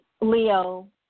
Leo